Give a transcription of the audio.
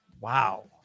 Wow